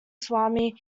swami